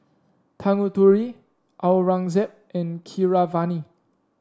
Tanguturi Aurangzeb and Keeravani